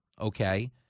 okay